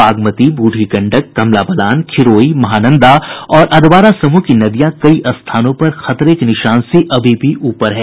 बागमती बूढ़ी गंडक कमला बलान खिरोई महानंदा और अधवारा समूह की नदियां कई स्थानों पर खतरे के निशान से अभी भी ऊपर है